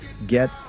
get